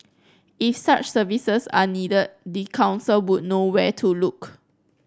if such services are needed the council would know where to look